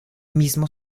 mismo